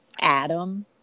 Adam